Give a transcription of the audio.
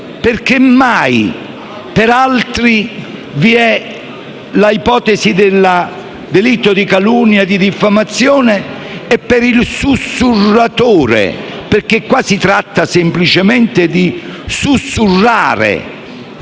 Perché mai per altri vi è l'ipotesi del delitto di calunnia e di diffamazione e per il sussurratore - perché qui si tratta di sussurrare